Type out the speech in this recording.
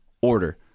order